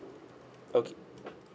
okay